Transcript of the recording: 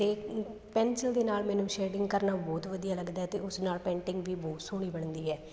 ਅਤੇ ਪੈਨਸਿਲ ਦੇ ਨਾਲ ਮੈਨੂੰ ਸ਼ੇਡਿੰਗ ਕਰਨਾ ਬਹੁਤ ਵਧੀਆ ਲੱਗਦਾ ਅਤੇ ਉਸ ਨਾਲ ਪੈਂਟਿੰਗ ਵੀ ਬਹੁਤ ਸੋਹਣੀ ਬਣਦੀ ਹੈ